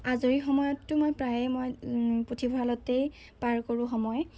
আজৰি সময়ততো মই প্ৰায়েই মই পুথিভঁৰালতেই পাৰ কৰোঁ সময়